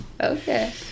Okay